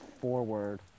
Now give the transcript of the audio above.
forward